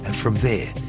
and from there,